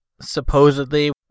supposedly